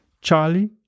Charlie